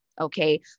Okay